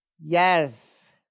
Yes